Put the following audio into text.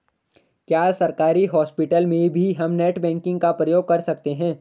क्या सरकारी हॉस्पिटल में भी हम नेट बैंकिंग का प्रयोग कर सकते हैं?